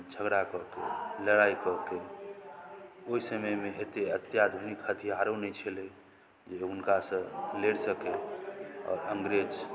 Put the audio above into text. झगड़ा कऽ के लड़ाइ कऽ के ओहि समयमे एते अत्याधुनिक हथियारो नहि छलै जे हुनका सँ लड़ि सकै आओर अंग्रेज